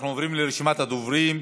אנחנו עוברים לרשימת הדוברים.